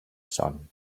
son